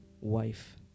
wife